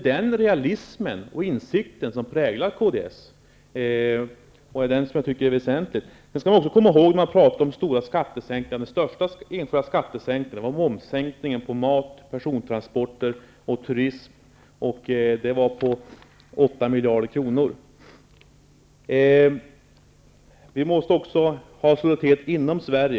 Den insikten präglar kds, och jag tycker att den realismen är väsentlig. När man pratar om stora skattesänkningar skall man också komma ihåg att den största enskilda skattesänkningen var momssänkningen på mat, persontransporter och turism -- den var på 8 Vi måste ha solidaritet också inom Sverige, sade Hans Gustafsson.